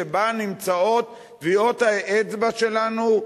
שבהם נמצאות טביעות האצבע שלנו,